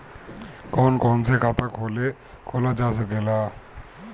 कौन कौन से खाता खोला जा सके ला?